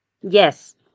Yes